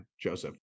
Joseph